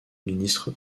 ministre